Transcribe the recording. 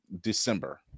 December